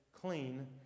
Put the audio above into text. clean